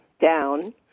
down